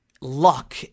Luck